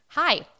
Hi